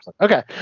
Okay